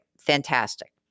Fantastic